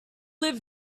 live